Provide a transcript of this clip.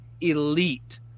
elite